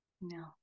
No